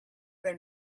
them